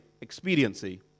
expediency